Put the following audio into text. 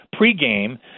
pregame